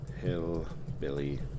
Hillbilly